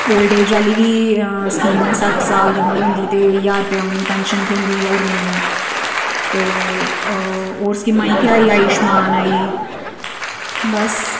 old age आह्ली बी अऽ स्कीम ऐ सट्ठ साल दी उमर होंदी ते ज्हार रपे उ'नें गी पैनशन थ्होंदी हर म्हीने ते अऽ होर स्कीमां जेह्की आई आयुश्मान आई बस